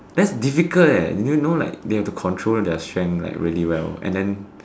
that's difficult eh did you know like they have to control their strength like really well and then